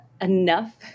enough